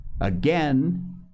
Again